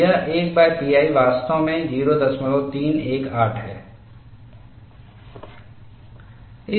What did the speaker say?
यह 1pi वास्तव में 0318 है